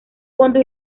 fondo